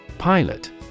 Pilot